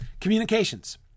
communications